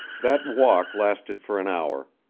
that walk lasted for an hour.